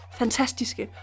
fantastiske